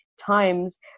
times